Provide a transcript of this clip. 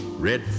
Red